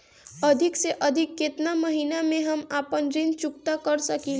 अधिक से अधिक केतना महीना में हम आपन ऋण चुकता कर सकी ले?